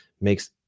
makes